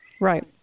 Right